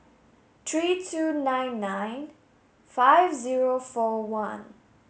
three two nine nine five zero four one